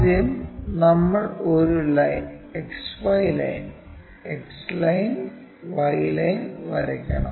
ആദ്യം നമ്മൾ ഒരു XY line X line Y line വരയ്ക്കണം